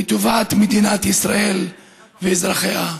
לטובת מדינת ישראל ואזרחיה.